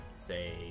say